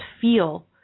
feel